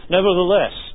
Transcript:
Nevertheless